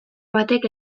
batek